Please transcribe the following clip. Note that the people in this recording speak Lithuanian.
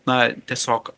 na tiesiog